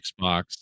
Xbox